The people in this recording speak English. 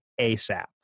ASAP